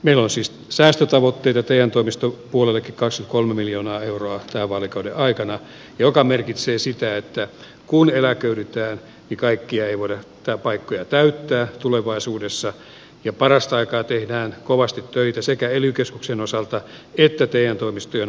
iloisista säästötavoitteita teen toimisto kuului kaksi kolme miljoonaa euroa se vaalikauden aikana joka merkitsee sitä että kun eläköidytään kaikkia eun että paikkoja täyttää tulevaisuudessa ja parasta aikaa pidän kovasti töitä sekä ely keskuksen osalta kiitotien toimistyön